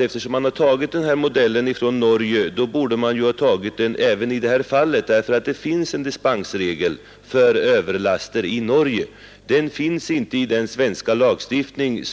Eftersom man nu har tagit den här modellen från Norge borde man ha följt den även i detta fall. En sådan dispensregel för överlaster som finns i Norge har man inte i den svenska lagstiftningen.